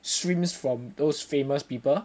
streams from those famous people